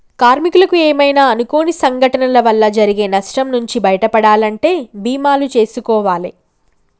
కార్మికులకు ఏమైనా అనుకోని సంఘటనల వల్ల జరిగే నష్టం నుంచి బయటపడాలంటే బీమాలు జేసుకోవాలే